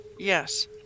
Yes